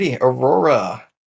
Aurora